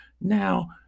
now